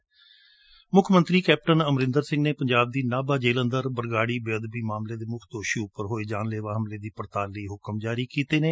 ਮੁੱਖ ਮੰਤਰੀ ਕੈਪਟਨ ਅਮਰਿੰਦਰ ਸਿੰਘ ਨੇ ਪੰਜਾਬ ਦੀ ਨਾਭਾ ਜੇਲ੍ਹ ਅੰਦਰ ਬਰਗਾੜੀ ਬੇਅਦਬੀ ਮਾਮਲੇ ਦੇ ਮੁੱਖ ਦੋਸ਼ੀ ਉੱਪਰ ਹੋਏ ਜਾਨਲੇਵਾ ਹਮਲੇ ਦੀ ਪੜਤਾਲ ਦੇ ਹੁਕਮ ਜਾਰੀ ਕੀਤੇ ਨੇ